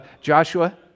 Joshua